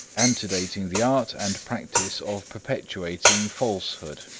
antedating the art and practice of perpetuating falsehood.